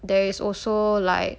there is also like